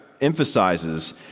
emphasizes